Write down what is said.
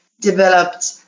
developed